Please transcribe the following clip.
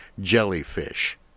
Jellyfish